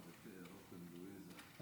את